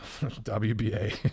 WBA